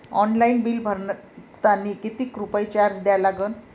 Online bill भरतानी कितीक रुपये चार्ज द्या लागन?